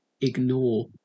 ignore